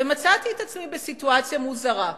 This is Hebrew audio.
ומצאתי את עצמי בסיטואציה מוזרה.